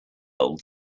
old